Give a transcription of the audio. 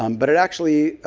um but it actually